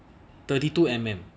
thirty two M_M